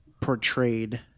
portrayed